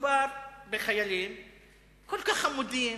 מדובר בחיילים כל כך חמודים,